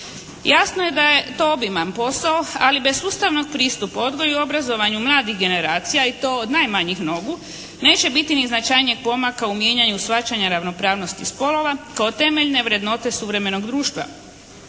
Jasno je da je to obiman posao ali bez sustavnog pristupa odgoju i obrazovanju mladih generacija i to od najmanjih nogu neće biti ni značajnijeg pomaka u mijenjanju shvaćanja ravnopravnosti spolova kao temeljne vrednote suvremenog društva.